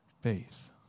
Faith